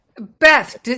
Beth